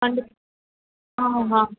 கண்டிப்பா ஆமாமாம்